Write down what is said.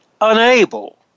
unable